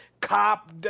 cop